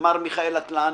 מר מיכאל אטלן,